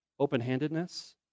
open-handedness